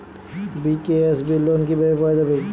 BKSB loan কিভাবে পাওয়া যাবে?